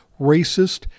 racist